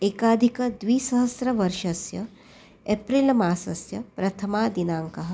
एकाधिकद्विसहस्रतमवर्षस्य एप्रिल् मासस्य प्रथमादिनाङ्कः